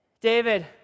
David